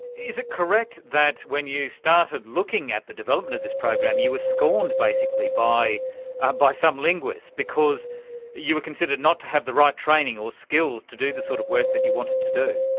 is it correct that when you started looking at the development of this program you were scorned basically by ah by some linguists because you were considered not to have the right training or skills to do the sort of work that you wanted to do?